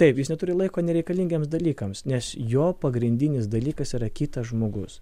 taip jis neturi laiko nereikalingiems dalykams nes jo pagrindinis dalykas yra kitas žmogus